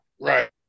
Right